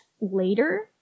later